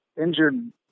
injured